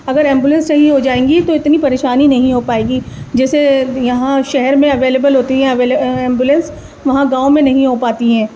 اگر ایمبولینس صحیح ہو جائیں گی تو اتنی پریشانی نہیں ہو پائے گی جیسے یہاں شہر میں اویلیبل ہوتی ہیں ایمبولینس وہاں گاؤں میں نہیں ہو پاتی ہیں